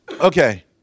okay